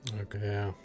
Okay